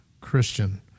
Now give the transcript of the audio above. Christian